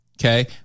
okay